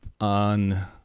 on